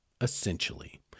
essentially